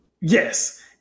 Yes